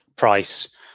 Price